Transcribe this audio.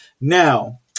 Now